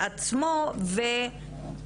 הנשים עצמן נמצאות בטראומה מאוד קשה.